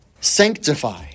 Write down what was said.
sanctify